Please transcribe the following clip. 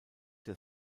der